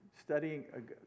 studying